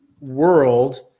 world